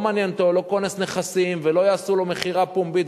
לא מעניין אותו כונס נכסים ולא יעשו לו מכירה פומבית,